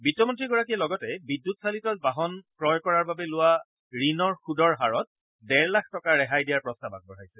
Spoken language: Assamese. বিত্তমন্ত্ৰীগৰাকীয়ে লগতে বিদ্যুৎ চালিত বাহন ক্ৰয় কৰাৰ বাবে লোৱা ঋণৰ সূদৰ হাৰত ডেৰ লাখ টকা ৰেহাই দিয়াৰ প্ৰস্তাৱ আগবঢ়াইছে